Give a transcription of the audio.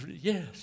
Yes